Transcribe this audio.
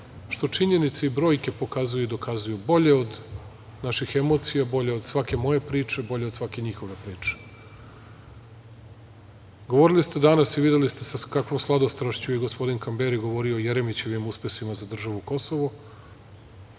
što činjenice i brojke pokazuju i dokazuju, bolje od naših emocija, bolje od svake moje priče, bolje od svake njihove priče. Govorili ste danas i videli ste sa kakvom sladostrašću je gospodin Kamberi govorio o Jeremićevim uspesima za državu Kosovo